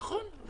נכון.